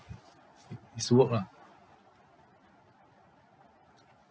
i~ is work lah